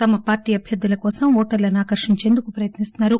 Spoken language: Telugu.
తమ పాల్టీ అభ్యర్థుల కోసం ఓటర్లను ఆకర్షించేందుకు ప్రయత్నిస్తున్నారు